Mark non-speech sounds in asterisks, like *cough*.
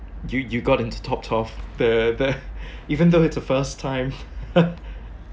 you you got into top twelve the the even though it's the first time *noise*